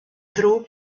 ddrwg